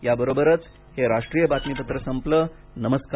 या बरोबरच हे राष्ट्रीय बातमीपत्र संपलं नमस्कार